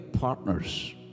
partners